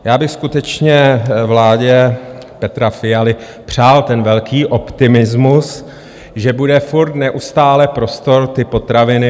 Já bych skutečně vládě Petra Fialy přál ten velký optimismus, že bude furt neustále prostor potraviny dovážet.